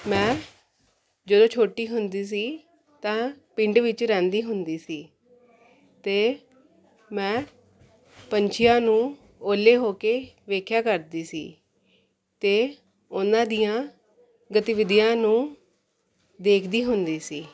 ਮੈ ਜਦੋਂ ਛੋਟੀ ਹੁੰਦੀ ਸੀ ਤਾਂ ਪਿੰਡ ਵਿੱਚ ਰਹਿੰਦੀ ਹੁੰਦੀ ਸੀ ਅਤੇ ਮੈਂ ਪੰਛੀਆਂ ਨੂੰ ਓਹਲੇ ਹੋ ਕੇ ਵੇਖਿਆ ਕਰਦੀ ਸੀ ਅਤੇ ਉਹਨਾਂ ਦੀਆਂ ਗਤੀਵਿਧੀਆਂ ਨੂੰ ਦੇਖਦੀ ਹੁੰਦੀ ਸੀ